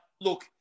look